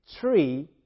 tree